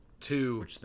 Two